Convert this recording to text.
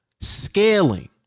Scaling